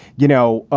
you know,